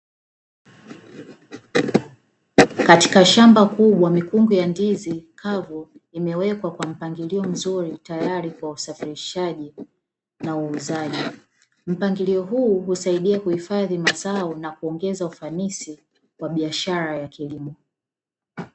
Katika shamba kubwa, mikungu ya ndizi kavu imewekwa kwa mpangilio mzuri tayari kwa usafirishaji na uuzaji. Mpangilio huu husaidia kuhifadhi mazao na kuongeza ufanisi wa biashara ya kilimo.